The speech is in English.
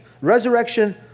resurrection